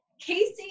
Casey